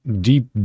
deep